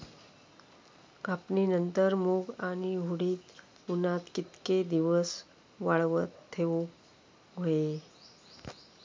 कापणीनंतर मूग व उडीद उन्हात कितके दिवस वाळवत ठेवूक व्हये?